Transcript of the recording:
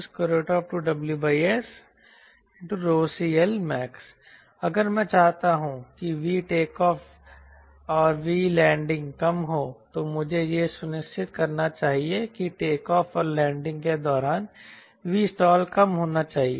VStall2WSCLMax अगर मैं चाहता हूं कि V टेकऑफ़ और V लैंडिंग कम हो तो मुझे यह सुनिश्चित करना चाहिए कि टेकऑफ़ और लैंडिंग के दौरान Vstall कम होना चाहिए